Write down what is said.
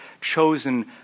chosen